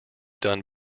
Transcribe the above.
done